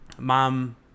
Mom